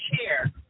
Chair